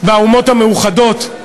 באומות המאוחדות,